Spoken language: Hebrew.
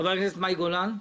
חברת הכנסת מאי גולן.